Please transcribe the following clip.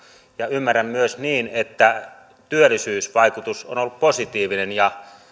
ymmärrän myös niin että työllisyysvaikutus on ollut positiivinen ja